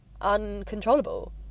uncontrollable